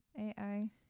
ai